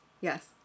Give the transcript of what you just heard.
Yes